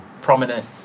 prominent